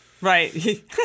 Right